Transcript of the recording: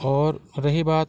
और रही बात